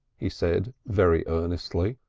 he said very earnestly.